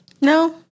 No